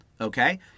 Okay